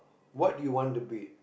what do you want to be